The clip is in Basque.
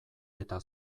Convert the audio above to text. eta